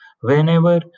whenever